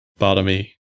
bottomy